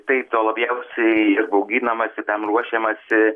taip to labiausiai ir bauginamasi tam ruošiamasi